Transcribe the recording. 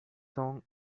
song